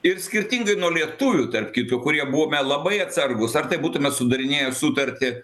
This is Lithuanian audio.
ir skirtingai nuo lietuvių tarp kitko kurie buvome labai atsargūs ar tai būtume sudarinėję sutartį